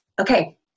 okay